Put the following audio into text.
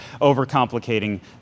overcomplicating